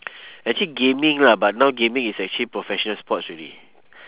actually gaming lah but now gaming is actually professional sports already